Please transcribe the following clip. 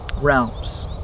realms